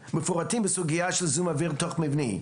ומפורטים בסוגייה של זיהום אוויר תוך מבני.